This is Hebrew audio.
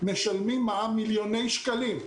משלמים מע"מ מילוני שקלים.